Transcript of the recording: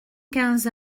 quinze